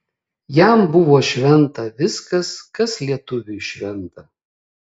jam buvo šventa viskas kas lietuviui šventa